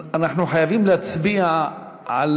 אנחנו חייבים להצביע על